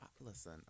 listen